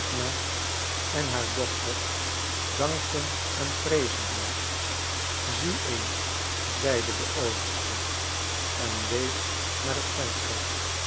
en haar dochter dankten en prezen haar zie eens zeide de overste en wees naar het venster